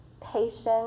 patience